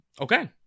Okay